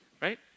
Right